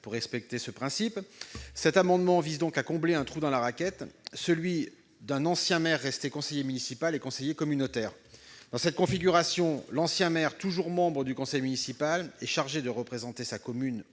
pour respecter ce principe. Cet amendement vise donc à combler un « trou dans la raquette », celui d'un ancien maire resté conseiller municipal et conseiller communautaire. Dans cette configuration, l'ancien maire toujours membre du conseil municipal est chargé de représenter sa commune